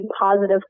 positive